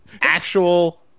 Actual